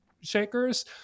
shakers